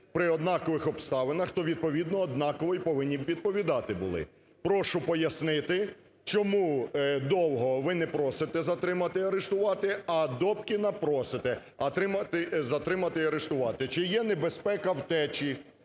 при однакових обставинах, то відповідно однаково і повинні б відповідати були. Прошу пояснити, чому Довгого ви не просите затримати і арештувати, а Добкіна просите затримати і арештувати. Чи є небезпека втечі